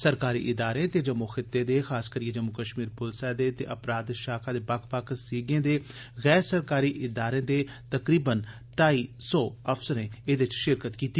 सरकारी इदारें ते जम्मू खित्ते दे खास करियै जम्मू कश्मीर पुलसै दे ते अपराध शाखा दे बक्ख बक्ख सीगें ते गैर सरकारी इदारें दे तकरीबन ढाई सौ अफसरें इस सिखलाई प्रोग्राम च हिस्सा लैता